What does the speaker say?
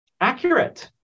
accurate